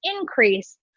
increase